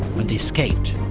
and escaped.